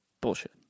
bullshit